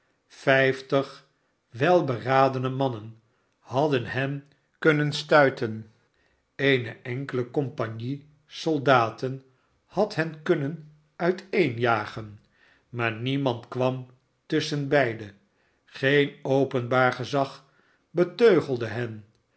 vijftig welberadene mannen hadden lien kunnen stuiten eene enkele compagnie soldaten had hen kunnen uiteenjagen maar niemand kwam tusschen beide geen openbaar gezag beteugelde hen